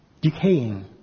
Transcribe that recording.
decaying